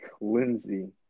Lindsay